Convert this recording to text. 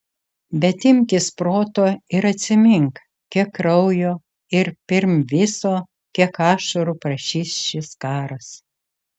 bet imkis proto ir atsimink kiek kraujo ir pirm viso kiek ašarų prašys šis karas